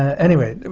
anyway,